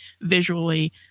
visually